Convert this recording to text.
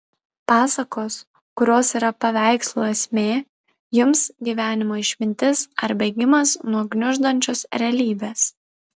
pasakos kurios yra paveikslų esmė jums gyvenimo išmintis ar bėgimas nuo gniuždančios realybės